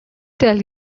tell